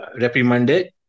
reprimanded